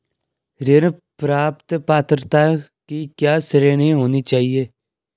ऋण प्राप्त पात्रता की क्या श्रेणी होनी चाहिए?